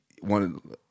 one –